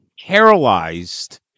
paralyzed